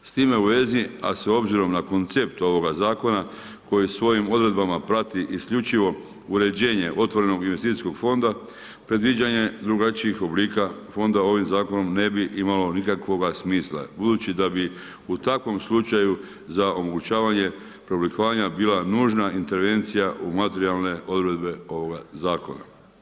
S time u vezi a s obzirom na koncept ovoga zakona koji svojim odredbama prati isključivo uređenje otvorenog investicijskog fonda, predviđanje drugačijih oblika fondova ovim zakonom ne bi imao nikakvog smisla budući da bi u takvom slučaju za omogućavanje preoblikovanja bila nužna intervencija u materijalne odredbe ovoga zakona.